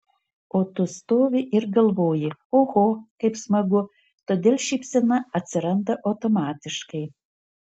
o tu stovi ir galvoji oho kaip smagu todėl šypsena atsiranda automatiškai